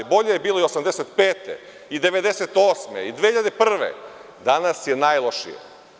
Bolje je bilo i 1985, 1998. godine i 2001, a danas je najlošije.